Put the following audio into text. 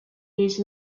used